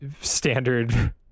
standard